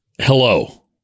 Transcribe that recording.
hello